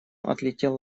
отлетел